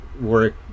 work